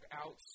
out